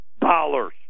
dollars